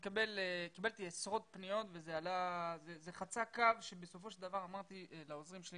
קיבלתי עשרות פניות וזה חצה קו שבסופו של דבר אמרתי לעוזרים שלי